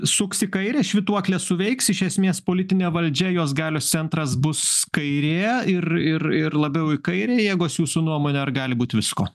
suks į kairę švytuoklė suveiks iš esmės politinė valdžia jos galios centras bus kairėje ir ir ir labiau į kairę jėgos jūsų nuomone ar gali būt visko